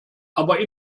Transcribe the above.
aber